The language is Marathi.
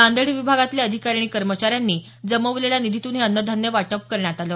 नांदेड विभागातले अधिकारी आणि कर्मचार्यांनी जमवलेल्या निधीतून हे अन्नधान्य वाटप करण्यात आलं